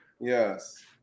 Yes